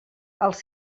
als